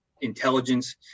intelligence